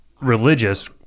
religious